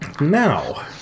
Now